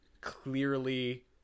clearly